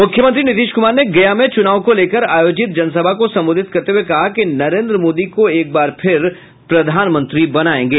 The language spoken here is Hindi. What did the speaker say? मूख्यमंत्री नीतीश कुमार ने गया में चूनाव को लेकर आयोजित जनसभा को संबोधित करते हुये कहा कि नरेंद्र मोदी को एक बार फिर प्रधानमंत्री बनायेंगे